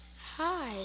Hi